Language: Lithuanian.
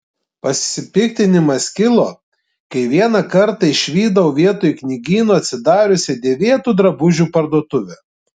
pasipiktinimas kilo kai vieną kartą išvydau vietoj knygyno atsidariusią dėvėtų drabužių parduotuvę